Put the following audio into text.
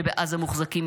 שבעזה מוחזקים